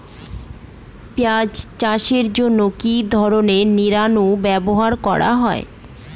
পিঁয়াজ চাষের জন্য কি ধরনের নিড়ানি ব্যবহার করা হয়?